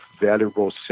valuable